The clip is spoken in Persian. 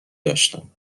داشتند